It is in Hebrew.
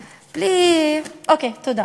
ובלי, אוקיי, תודה.